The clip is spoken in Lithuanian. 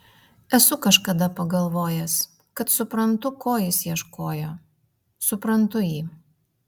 esu kažkada pagalvojęs kad suprantu ko jis ieškojo suprantu jį